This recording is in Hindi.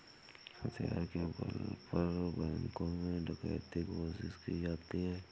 हथियार के बल पर बैंकों में डकैती कोशिश की जाती है